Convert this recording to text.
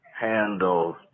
handle